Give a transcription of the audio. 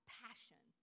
passion